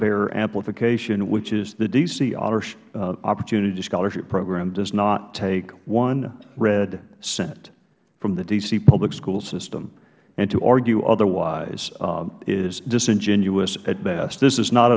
bear amplification which is the d c opportunity scholarship program does not take one red cent from the d c public school system and to argue otherwise is disingenuous at best this is not